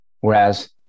whereas